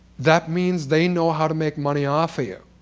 that means they know how to make money off of you.